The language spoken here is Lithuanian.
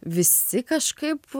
visi kažkaip